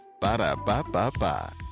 Ba-da-ba-ba-ba